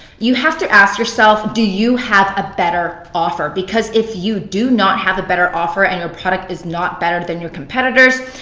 you have to ask yourself, do you have a better offer? because if you do not have a better offer, and your product is not better than your competitors,